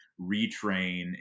retrain